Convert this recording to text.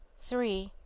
three.